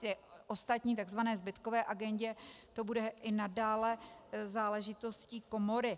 V té ostatní, tzv. zbytkové agendě to bude i nadále záležitostí komory.